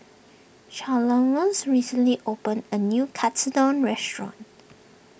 Chalmers recently opened a new Katsudon restaurant